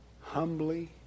humbly